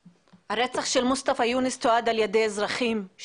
הרצח של מוסטפא יונס תועד על ידי אזרחים.